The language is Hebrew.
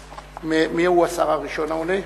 מיהו השר הראשון העונה?